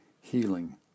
healing